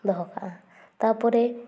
ᱫᱚᱦᱚᱠᱟᱜ ᱟ ᱛᱟᱯᱚᱨᱮ